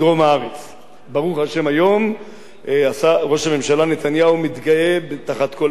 היום ראש הממשלה נתניהו מתגאה תחת כל עץ רענן ומעל